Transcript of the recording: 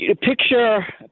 picture